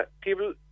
people